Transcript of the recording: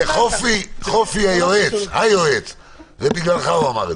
חופי היועץ, בגללך הוא אמר את זה.